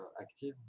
active